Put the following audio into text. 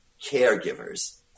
caregivers